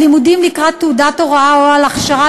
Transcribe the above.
על לימודים לקראת תעודת הוראה או על הכשרה